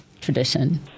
tradition